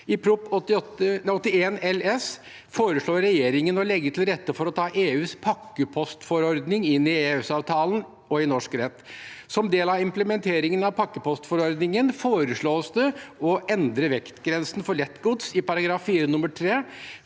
2022–2023 foreslår regjeringen å legge til rette for å ta EUs pakkepostforordning inn i EØS-avtalen og i norsk rett. Som del av implementeringen av pakkepostforordningen foreslås det å endre vektgrensen for lettgods i § 4 nr. 3,